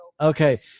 okay